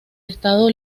estado